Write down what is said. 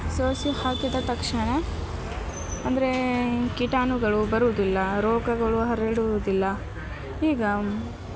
ಸೋಸಿ ಹಾಕಿದ ತಕ್ಷಣ ಅಂದರೆ ಕೀಟಾಣುಗಳು ಬರುವುದಿಲ್ಲ ರೋಗಗಳು ಹರಡುವುದಿಲ್ಲ ಈಗ